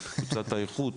אלא את קבוצת האיכות